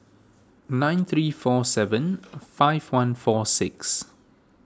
nine three four seven five one four six